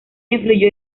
influyó